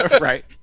Right